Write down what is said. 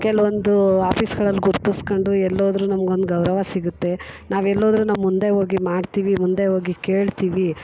ಕೆಲವೊಂದು ಆಫೀಸ್ಗಳಲ್ಲಿ ಗುರ್ತುಸ್ಕೊಂಡು ಎಲ್ಲೋದರು ನಮ್ಗೊಂದು ಗೌರವ ಸಿಗುತ್ತೆ ನಾವೆಲ್ಲೋದ್ರು ನಾವು ಮುಂದೆ ಹೋಗಿ ಮಾಡ್ತೀವಿ ಮುಂದೆ ಹೋಗಿ ಕೇಳ್ತೀವಿ